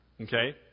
Okay